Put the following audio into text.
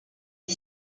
est